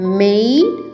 made